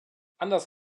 anders